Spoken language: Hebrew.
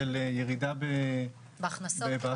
של ירידה בהכנסות,